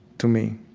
to me.